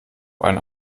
eine